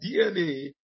DNA